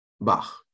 Bach